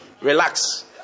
relax